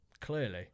clearly